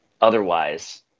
otherwise